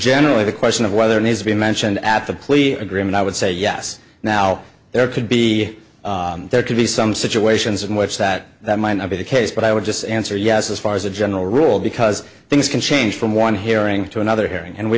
generally the question of whether he's being mentioned at the plea agreement i would say yes now there could be there could be some situations in which that that might not be the case but i would just answer yes as far as a general rule because things can change from one hearing to another hearing and we